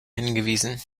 hingewiesen